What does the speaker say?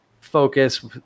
focus